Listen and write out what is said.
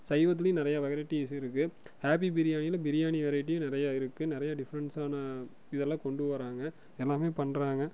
சைவத்துலையும் நிறையா வெரைட்டிஸ் இருக்கு ஹாப்பி பிரியாணியில பிரியாணி வெரைட்டி நிறையா இருக்கு நிறைய டிஃப்ரன்ஸான இதெல்லாம் கொண்டு வராங்க எல்லாமே பண்ணுறாங்க